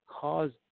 caused –